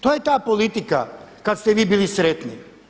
To je ta politika kada ste vi bili sretni.